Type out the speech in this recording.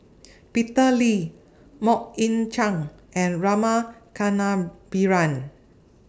Peter Lee Mok Ying Jang and Rama Kannabiran